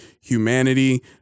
humanity